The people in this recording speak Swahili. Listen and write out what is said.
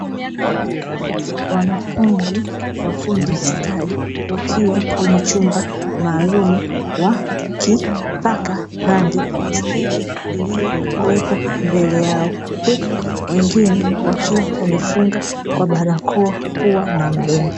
Wanafunzi wafundi stadi wakiwa kwenye chumba maalum wa kipaka brand stendi iliyokuwepo mbele yao huku wengine wakiwa wamefunga kwa barakoa pua na mdomo